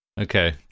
Okay